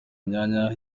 myanya